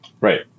right